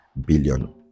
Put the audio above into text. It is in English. billion